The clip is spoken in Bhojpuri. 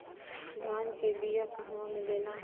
धान के बिया कहवा मिलेला?